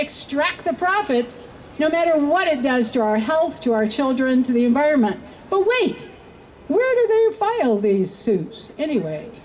extract the profit no matter what it does to our health to our children to the environment but wait where do file these suits anyway